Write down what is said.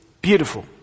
beautiful